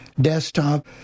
desktop